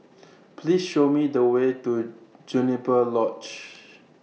Please Show Me The Way to Juniper Lodge